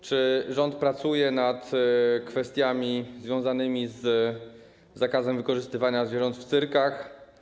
Czy rząd pracuje nad kwestiami związanymi z zakazem wykorzystywania zwierząt w cyrkach?